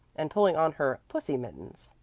and pulling on her pussy mittens.